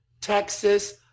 texas